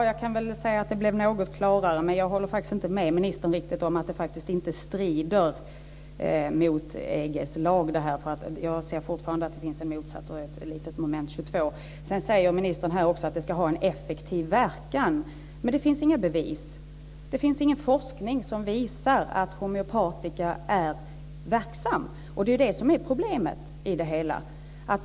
Fru talman! Det blev något klarare, men jag håller faktiskt inte med ministern om att det inte strider mot EG:s lag. Jag ser fortfarande att det finns ett litet moment 22. Ministern säger att dessa preparat ska ha en effektiv verkan, men det finns inga bevis. Det finns ingen forskning som visar att homeopatiska medel är verksamma. Det är problemet i det hela.